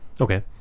Okay